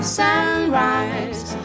sunrise